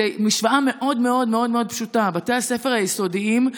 זאת משוואה מאוד מאוד מאוד מאוד פשוטה: בתי הספר היסודיים,